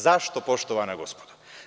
Zašto, poštovana gospodo?